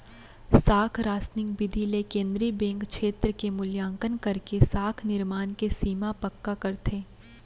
साख रासनिंग बिधि ले केंद्रीय बेंक छेत्र के मुल्याकंन करके साख निरमान के सीमा पक्का करथे